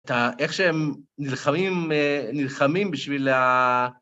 איך שהם נלחמים. נלחמים בשביל ה...